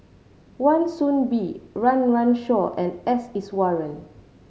Wan Soon Bee Run Run Shaw and S Iswaran